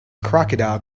crocodile